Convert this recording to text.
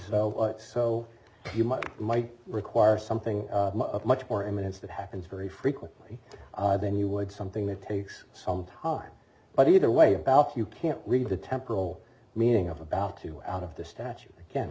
and so you might might require something much more imminence that happens very frequently then you would something that takes some time but either way about you can't read the temporal meaning of about two out of the statute again